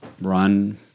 run